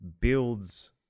builds